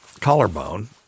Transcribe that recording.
collarbone